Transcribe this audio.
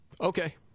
Okay